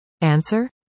Answer